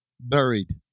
buried